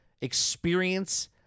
experience